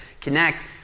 connect